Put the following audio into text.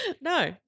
No